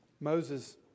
Moses